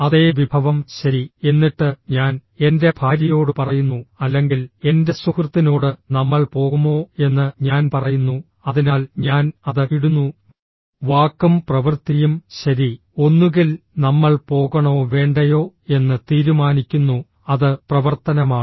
അതേ വിഭവം ശരി എന്നിട്ട് ഞാൻ എൻ്റെ ഭാര്യയോട് പറയുന്നു അല്ലെങ്കിൽ എൻ്റെ സുഹൃത്തിനോട് നമ്മൾ പോകുമോ എന്ന് ഞാൻ പറയുന്നു അതിനാൽ ഞാൻ അത് ഇടുന്നു വാക്കും പ്രവൃത്തിയും ശരി ഒന്നുകിൽ നമ്മൾ പോകണോ വേണ്ടയോ എന്ന് തീരുമാനിക്കുന്നു അത് പ്രവർത്തനമാണ്